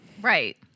Right